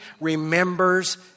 remembers